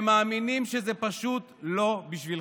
הם מאמינים שזה פשוט לא בשבילכם.